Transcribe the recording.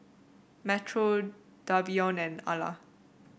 Metro Davion and Alla